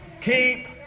keep